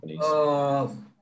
companies